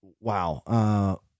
wow